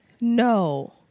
No